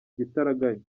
igitaraganya